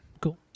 Cool